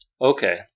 Okay